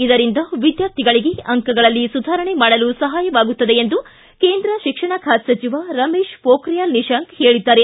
ಇದರಿಂದ ವಿದ್ಯಾರ್ಥಿಗಳಿಗೆ ಅಂಕಗಳಲ್ಲಿ ಸುಧಾರಣೆ ಮಾಡಲು ಸಹಾಯವಾಗುತ್ತದೆ ಎಂದು ಕೇಂದ್ರ ಶಿಕ್ಷಣ ಖಾತೆ ಸಚಿವ ರಮೇಶ್ ಪೋಖಿಯಾಲ್ ನಿಶಾಂಕ್ ತಿಳಿಸಿದ್ದಾರೆ